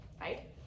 right